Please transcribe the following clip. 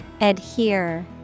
Adhere